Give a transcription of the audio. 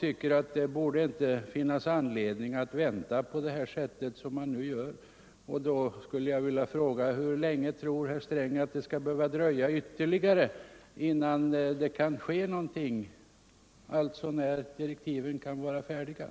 tycker att det inte borde finnas anledning att vänta så som man nu gör. Då skulle jag vilja fråga: Hur länge tror herr Sträng att det skall behöva dröja ytterligare innan direktiven kan vara färdiga?